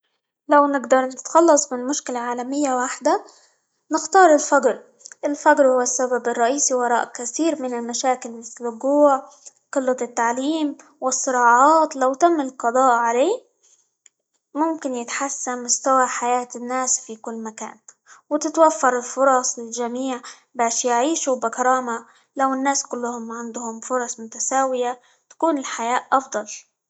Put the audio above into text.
لو نقدر نتخلص من مشكلة عالمية واحدة نختار الفقر، الفقر هو السبب الرئيسي وراء كثير من المشاكل مثل: الجوع، قلة التعليم، والصراعات، لو تم القضاء عليه ممكن يتحسن مستوى حياة الناس في كل مكان، وتتوفر الفرص للجميع، باش يعيشوا بكرامة، لو الناس كلهم عندهم فرص متساوية، تكون الحياة أفضل.